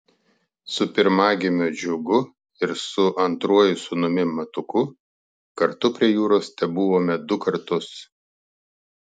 su pirmagimiu džiugu ir su antruoju sūnumi matuku kartu prie jūros tebuvome du kartus